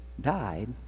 died